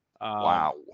wow